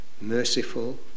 merciful